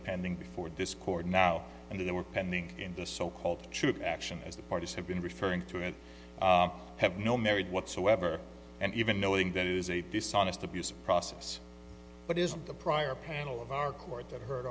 pending before discord now and they were pending in the so called truth action as the parties have been referring to it have no married whatsoever and even knowing that it is a dishonest abuse of process but isn't the prior panel of our court that h